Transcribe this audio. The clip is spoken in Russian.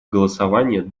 голосования